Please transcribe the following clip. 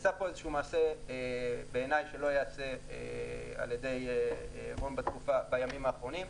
נעשה פה מעשה שלא ייעשה על-ידי רון בימים האחרונים.